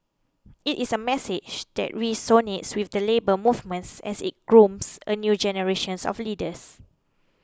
it is a message that resonates with the Labour Movements as it grooms a new generations of leaders